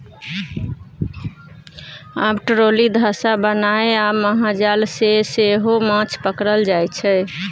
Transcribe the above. आब ट्रोली, धासा बनाए आ महाजाल सँ सेहो माछ पकरल जाइ छै